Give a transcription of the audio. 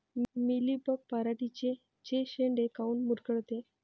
Mealybug पराटीचे चे शेंडे काऊन मुरगळते?